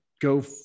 go